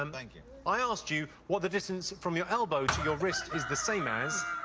um thank you. i asked you what the distance from your elbow to your wrist is the same as.